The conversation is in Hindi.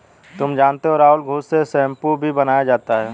तुम जानते हो राहुल घुस से शैंपू भी बनाया जाता हैं